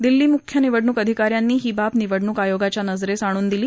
दिल्ली मुख्य निवडणुक अधिकाऱ्यांनी ही बाब निवडणूक आयोगाच्या नजरेस आणून दिली